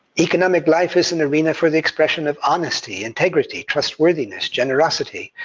economic life is an arena for the expression of honesty, integrity, trustworthiness, generosity,